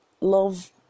love